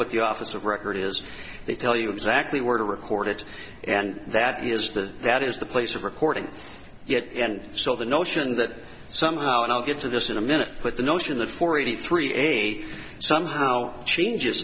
what the officer of record is they tell you exactly where to record it and that is the that is the place of recording yet and so the notion that somehow and i'll get to this in a minute put the notion that forty three eight somehow changes